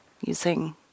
using